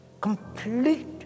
complete